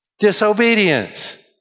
disobedience